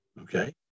Okay